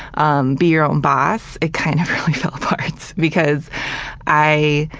um, be your own boss. it kind of really fell apart because i,